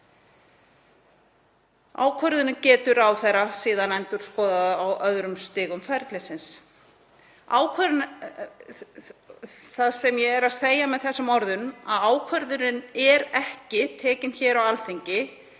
Ákvörðunina getur ráðherra síðan endurskoðað á öðrum stigum ferlisins. Það sem ég er að segja með þessum orðum er að ákvörðunin er ekki tekin hér á Alþingi